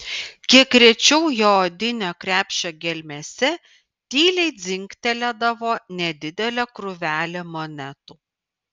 kiek rečiau jo odinio krepšio gelmėse tyliai dzingtelėdavo nedidelė krūvelė monetų